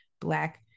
black